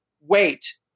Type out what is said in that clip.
wait